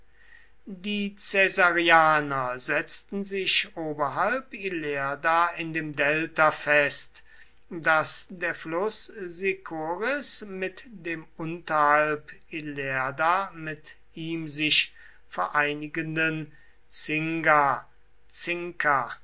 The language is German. die caesarianer setzten sich oberhalb ilerda in dem delta fest das der fluß sicoris mit dem unterhalb ilerda mit ihm sich vereinigenden